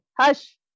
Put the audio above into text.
hush